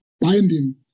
binding